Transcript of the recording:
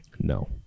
No